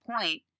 point